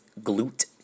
glute